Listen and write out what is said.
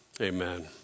Amen